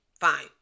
Fine